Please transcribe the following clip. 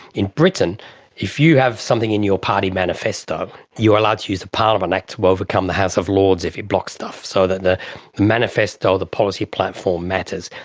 in britain if you have something in your party manifesto, you're allowed to use the parliament act to overcome the house of lords if you block stuff, so that the manifesto or the policy platform matters.